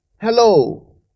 Hello